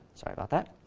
sorry about that.